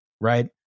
right